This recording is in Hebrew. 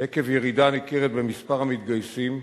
עקב ירידה ניכרת במספר המתגייסים,